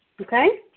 Okay